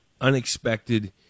unexpected